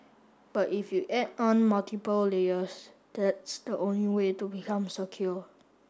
but if you add on multiple layers that's the only way to become secure